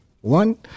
One